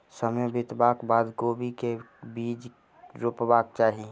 समय बितबाक बाद कोबी केँ के बीज रोपबाक चाहि?